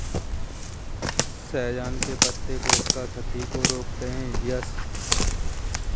सहजन के पत्ते कोशिका क्षति को रोकते हैं